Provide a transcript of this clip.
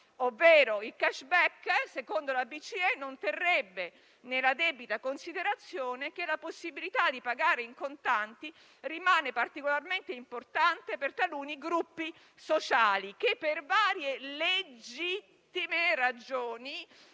ovvero il *cashback*, secondo la BCE, non terrebbe nella debita considerazione che la possibilità di pagare in contanti rimane particolarmente importante per taluni gruppi sociali, che per varie - legittime - ragioni